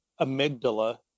amygdala